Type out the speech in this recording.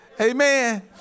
amen